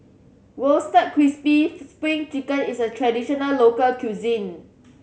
Roasted Crispy Spring Chicken is a traditional local cuisine